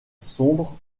sombre